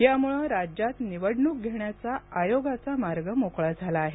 यामुळं राज्यात निवडणूक घेण्याचा आयोगाचा मार्ग मोकळा झाला आहे